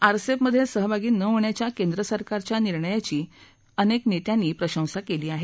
आरसप्रिध्ये सहभागी न होण्याच्या केंद्र सरकारच्या निर्णयाची अनेक नेत्यांनी प्रशंसा केली आहे